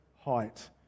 height